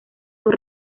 sus